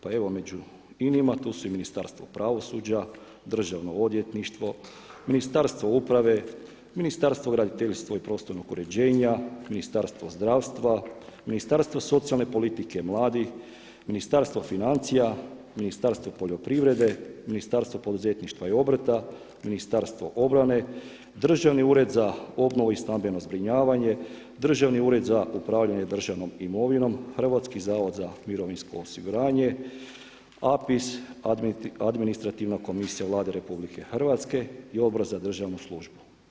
Pa evo među inima tu su Ministarstvo pravosuđa, državno odvjetništvo, Ministarstvo uprave, Ministarstvo graditeljstva i prostornog uređenja, Ministarstvo zdravstva, Ministarstvo socijalne politike i mladih, Ministarstvo financija, Ministarstvo poljoprivrede, Ministarstvo poduzetništva i obrta, Ministarstvo obrane, Državni ured za obnovu i stambeno zbrinjavanje, Državni ured za upravljanje državnom imovinom, Hrvatski zavod za mirovinsko osiguranje, APIS, Administrativna komisija Vlade RH i Odbor za državnu službu.